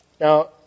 Now